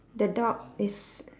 the dog is